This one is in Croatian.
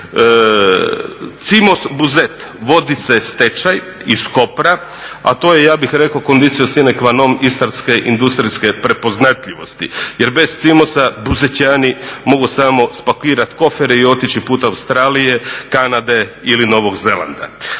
Cimos Buzet vodi se stečaj iz Kopra, a to je ja bih rekao conditio sine qua non istarske industrijske prepoznatljivosti, jer bez Cimosa Buzećani mogu samo spakirati kofere i otići put Australije, Kanade ili Novog Zelanda.